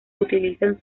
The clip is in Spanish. utilizan